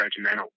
judgmental